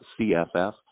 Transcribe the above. CFF